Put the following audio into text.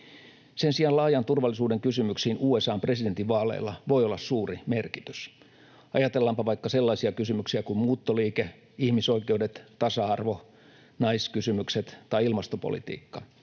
Sen sijaan laajan turvallisuuden kysymyksiin USA:n presidentinvaaleilla voi olla suuri merkitys. Ajatellaanpa vaikka sellaisia kysymyksiä kuin muuttoliike, ihmisoikeudet, tasa-arvo, naiskysymykset tai ilmastopolitiikka,